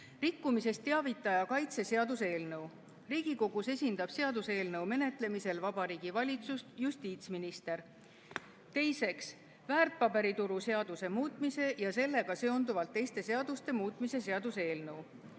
rikkumisest teavitaja kaitse seaduse eelnõu. Riigikogus esindab seaduseelnõu menetlemisel Vabariigi Valitsust justiitsminister. Teiseks, väärtpaberituru seaduse muutmise ja sellega seonduvalt teiste seaduste muutmise seaduse eelnõu.